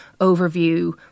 overview